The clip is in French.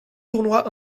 tournoi